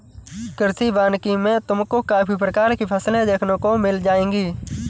कृषि वानिकी में तुमको काफी प्रकार की फसलें देखने को मिल जाएंगी